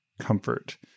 comfort